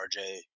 RJ